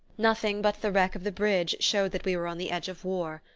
nothing but the wreck of the bridge showed that we were on the edge of war.